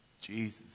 Jesus